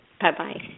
Bye-bye